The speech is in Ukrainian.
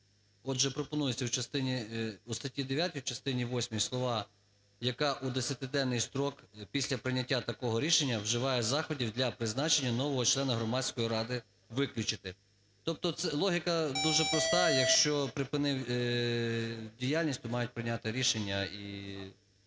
Отже, пропонується в частині, в статті 9 в частині восьмій слова "яка у десятиденний строк після прийняття такого рішення вживає заходів для призначення нового члена громадської ради" виключити. Тобто логіка дуже проста, якщо припинив діяльність, то мають прийняти рішення і